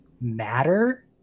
matter